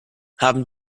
haben